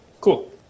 Cool